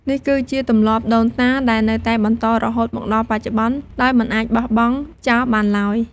នេះគឺជាទម្លាប់ដូនតា ដែលនៅតែបន្តរហូតមកដល់បច្ចុប្បន្ន ដោយមិនអាចបោះបង់ចោលបានឡើយ។